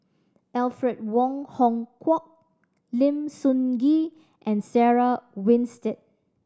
Alfred Wong Hong Kwok Lim Sun Gee and Sarah Winstedt